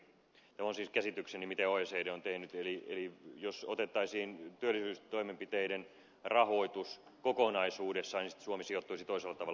tämä on siis käsitykseni miten oecd on tehnyt eli jos otettaisiin työllisyystoimenpiteiden rahoitus kokonaisuudessaan suomi sijoittuisi toisella tavalla